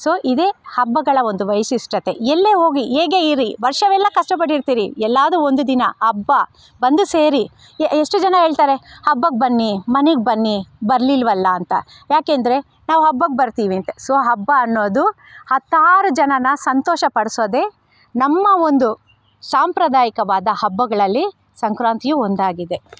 so ಇದೇ ಹಬ್ಬಗಳ ಒಂದು ವಿಶಿಷ್ಟತೆ ಎಲ್ಲೇ ಹೋಗಿ ಹೇಗೆ ಇರಿ ವರ್ಷವೆಲ್ಲ ಕಷ್ಟಪಟ್ಟಿರ್ತೀರಿ ಎಲ್ಲದು ಒಂದು ದಿನ ಹಬ್ಬ ಬಂದು ಸೇರಿ ಎಷ್ಟು ಜನ ಹೇಳ್ತಾರೆ ಹಬ್ಬಕ್ಕೆ ಬನ್ನಿ ಮನೆಗೆ ಬನ್ನಿ ಬರಲಿಲ್ವಲ್ಲ ಅಂತ ಯಾಕೆಂದ್ರೆ ನಾವು ಹಬ್ಬಕ್ಕೆ ಬರ್ತೀವಿ ಅಂತ ಸೊ ಹಬ್ಬ ಅನ್ನೋದು ಹತ್ತಾರು ಜನರ ಸಂತೋಷಪಡಿಸೋದೆ ನಮ್ಮ ಒಂದು ಸಾಂಪ್ರದಾಯಿಕವಾದ ಹಬ್ಬಗಳಲ್ಲಿ ಸಂಕ್ರಾಂತಿಯೂ ಒಂದಾಗಿದೆ